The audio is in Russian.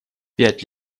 пять